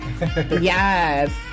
Yes